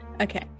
Okay